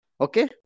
okay